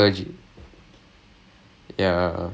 psychology ah how's that going